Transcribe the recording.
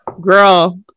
Girl